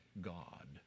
God